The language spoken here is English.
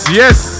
yes